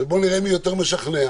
לדבר על משבר הקורונה.